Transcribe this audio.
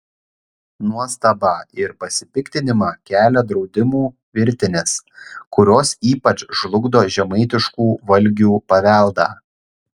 nuostabą ir pasipiktinimą kelia draudimų virtinės kurios ypač žlugdo žemaitiškų valgių paveldą